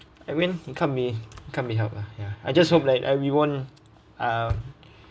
I mean it can't be can't be helped lah ya I just hope like uh we won't uh